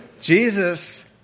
Jesus